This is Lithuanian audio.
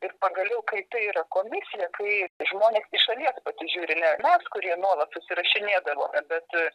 ir pagaliau kai tai yra komisija kai žmonės iš šalies pasižiūri ne mes kurie nuolat susirašinėdavome bet a